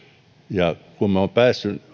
ja kun me olemme päässeet